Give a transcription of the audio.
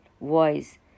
voice